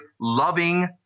loving